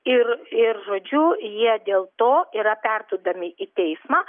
ir ir žodžiu jie dėl to yra perduodami į teismą